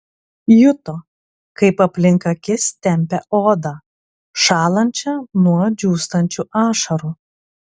juto kaip aplink akis tempia odą šąlančią nuo džiūstančių ašarų